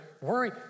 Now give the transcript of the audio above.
Worry